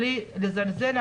בלי לזלזל,